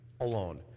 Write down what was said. alone